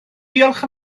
diolch